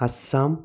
Assam